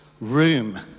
room